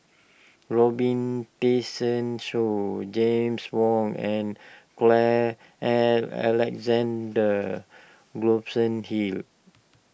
Robin Tessensohn James Wong and Carl Alexander Gibson Hill